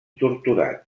torturat